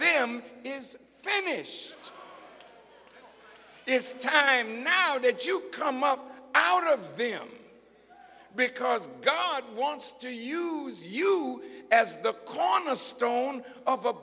them is famished this time now that you come up out of them because god wants to you is you as the cornerstone of a